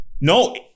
No